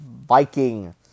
Viking